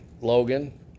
logan